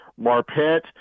Marpet